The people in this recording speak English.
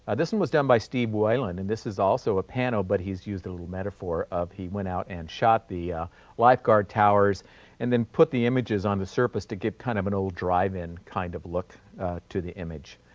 ah this one was done by steve wayland and this is also a pano but he's used a little metaphor of he went out and shot the lifeguard towers and then put the images on the surface to give kind of an old drive-in kind of look to the image.